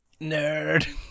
Nerd